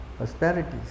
austerities